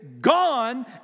gone